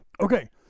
Okay